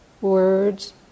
words